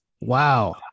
Wow